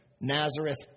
Nazareth